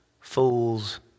fool's